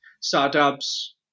startups